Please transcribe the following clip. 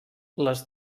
les